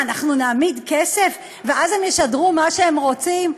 אנחנו נעמיד כסף ואז הם ישדרו מה שהם רוצים?